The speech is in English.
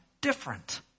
different